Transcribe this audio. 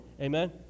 Amen